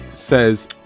says